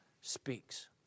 speaks